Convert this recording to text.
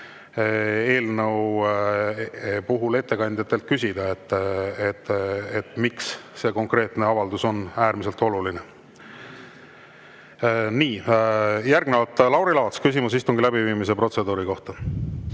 käigus saab ettekandjatelt küsida, miks see konkreetne avaldus on äärmiselt oluline. Nii. Järgnevalt Lauri Laats, küsimus istungi läbiviimise protseduuri kohta.